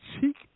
cheek